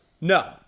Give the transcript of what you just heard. No